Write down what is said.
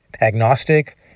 agnostic